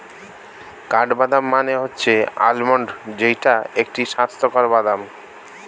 কাঠবাদাম মানে হচ্ছে আলমন্ড যেইটা একটি স্বাস্থ্যকর বাদাম